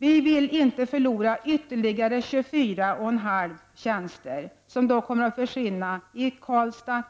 Vi vill inte förlora ytterligare 24,5 tjänster, som väl kommer att försvinna i Karlstad,